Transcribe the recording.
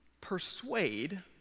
persuade